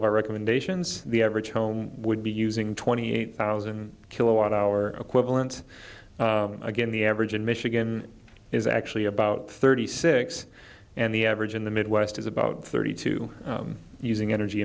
of our recommendations the average home would be using twenty eight thousand kilowatt hour equivalents again the average in michigan is actually about thirty six and the average in the midwest is about thirty two using energy